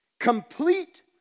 Complete